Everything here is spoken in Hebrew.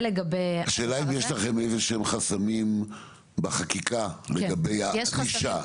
השאלה אם יש לכם איזשהם חסמים בחקיקה לגבי הענישה?